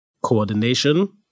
coordination